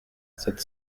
sept